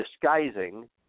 disguising